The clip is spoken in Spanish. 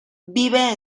vive